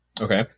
Okay